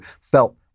felt